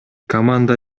команда